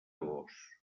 gos